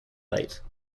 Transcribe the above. light